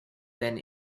then